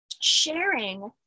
sharing